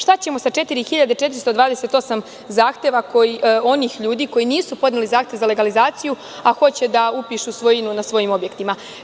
Šta ćemo sa 4.428 zahteva onih ljudi koji nisu podneli zahtev za legalizaciju, a hoće da upišu svojinu na svojim objektima?